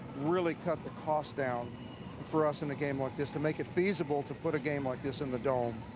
really cut the cost down for us in the game like us, to make it feasible to put a game like this in the dome.